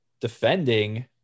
defending